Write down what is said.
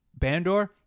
Bandor